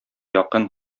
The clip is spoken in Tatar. якын